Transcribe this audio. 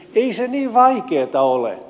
ei se niin vaikeaa ole